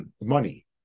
money